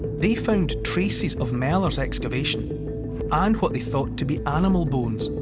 they found traces of mellor's excavation and what they thought to be animal bones.